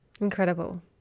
Incredible